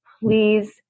Please